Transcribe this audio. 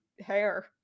hair